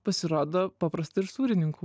pasirodo paprasta ir sūrininku